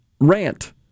rant